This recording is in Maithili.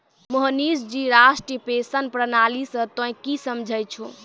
मोहनीश जी राष्ट्रीय पेंशन प्रणाली से तोंय की समझै छौं